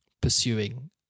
pursuing